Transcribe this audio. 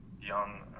young